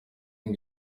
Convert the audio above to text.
ngo